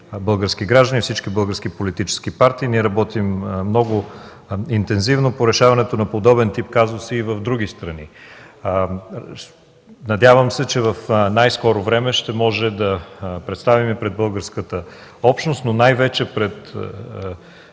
български граждани и всички български политически партии. Ние работим много интензивно по решаването на подобен тип казуси и в други страни. Надявам се, че в най-скоро време ще може да представим пред българската общност, но най-вече пред